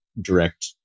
direct